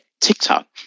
tiktok